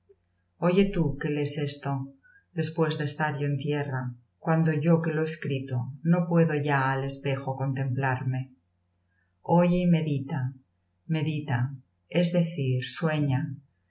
oye tú que lees esto después de estar yo en tierra cuando yo que lo he escrito no puedo ya al espejo contemplarme oye y medita medita es decir sueña